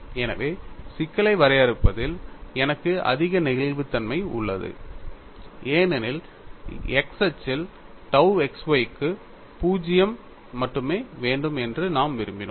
எனவே சிக்கலை வரையறுப்பதில் எனக்கு அதிக நெகிழ்வுத்தன்மை உள்ளது ஏனெனில் x அச்சில் tau x y க்கு 0 மட்டுமே வேண்டும் என்று நாம் விரும்பினோம்